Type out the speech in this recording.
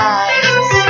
eyes